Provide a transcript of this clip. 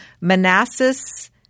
Manassas